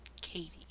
Katie